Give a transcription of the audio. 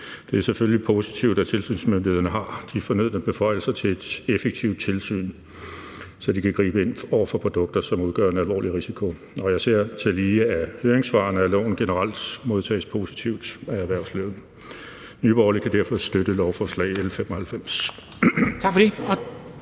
Det er selvfølgelig positivt, at tilsynsmyndighederne har de fornødne beføjelser til et effektivt tilsyn, så de kan gribe ind over for produkter, som udgør en alvorlig risiko. Jeg ser tillige af høringssvarene, at lovforslaget generelt modtages positivt af erhvervslivet. Nye Borgerlige kan derfor støtte lovforslag nr. L 95.